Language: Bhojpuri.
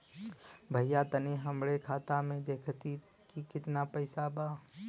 भईया तनि हमरे खाता में देखती की कितना पइसा बा?